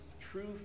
true